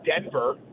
Denver